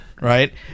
right